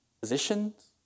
positions